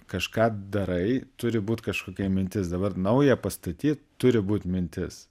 kažką darai turi būt kažkokia mintis dabar naują pastatyt turi būt mintis